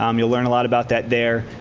um you'll learn a lot about that there.